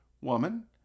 Woman